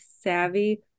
savvy